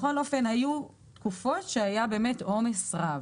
בכל אופן, היו תקופות שהיה באמת עומס רב.